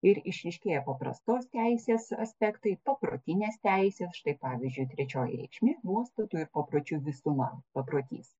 ir išryškėja paprastos teisės aspektai paprotinės teisės štai pavyzdžiui trečioji reikšmė nuostatų ir papročių visuma paprotys